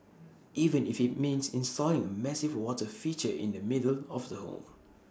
even if IT means installing A massive water feature in the middle of the home